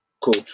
Cool